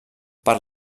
per